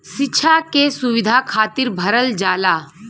सिक्षा के सुविधा खातिर भरल जाला